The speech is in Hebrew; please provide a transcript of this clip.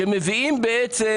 שמביאים בעצם,